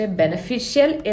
beneficial